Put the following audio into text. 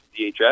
DHS